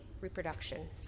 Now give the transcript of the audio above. reproduction